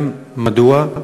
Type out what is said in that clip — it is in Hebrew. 2. אם כן, מדוע?